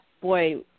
boy